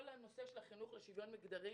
כל הנושא של החינוך לשוויון מגדרי,